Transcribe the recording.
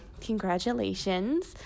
congratulations